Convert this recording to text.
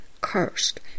cursed